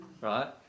right